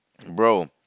bro